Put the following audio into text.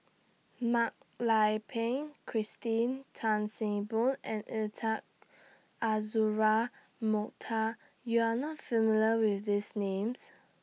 Mak Lai Peng Christine Tan See Boo and Intan Azura Mokhtar YOU Are not familiar with These Names